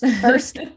first